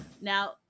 Now